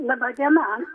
laba diena